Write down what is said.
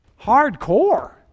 hardcore